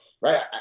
right